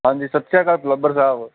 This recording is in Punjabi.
ਹਾਂਜੀ ਸਤਿ ਸ਼੍ਰੀ ਅਕਾਲ ਪਲੰਬਰ ਸਾਹਿਬ